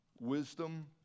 wisdom